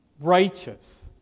Righteous